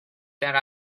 that